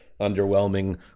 underwhelming